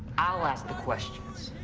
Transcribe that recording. i'll ask the questions.